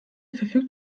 verfügt